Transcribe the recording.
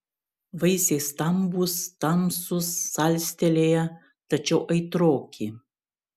vaisiai stambūs tamsūs salstelėję tačiau aitroki